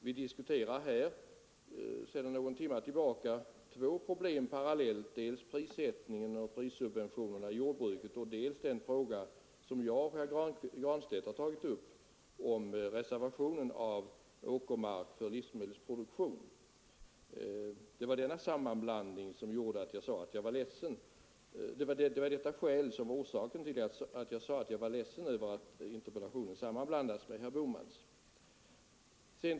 Vi diskuterar här, sedan någon timme tillbaka, två problem parallellt — dels prissättningen och prissubventionerna i jordbruket, dels den fråga som jag och herr Granstedt har tagit upp om reserverande av åkermark för livsmedelsproduktion. Det var alltså detta som var orsaken till att jag sade att jag var ledsen över att interpellationssvaret sammanblandats med herr Bohmans.